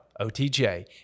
OTJ